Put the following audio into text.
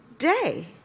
day